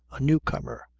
a newcomer,